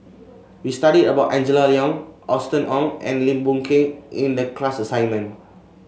we studied about Angela Liong Austen Ong and Lim Boon Keng in the class assignment